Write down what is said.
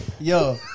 Yo